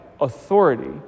authority